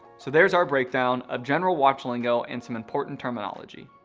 so there's our breakdown of general watch lingo and some important terminology,